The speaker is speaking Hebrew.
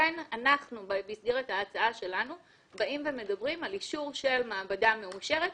לכן אנחנו במסגרת ההצעה שלנו מדברים על אישור של מעבדה מאושרת.